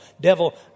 devil